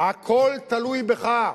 הכול תלוי בך.